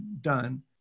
done